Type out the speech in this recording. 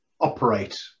operate